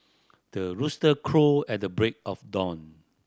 the rooster crow at the break of dawn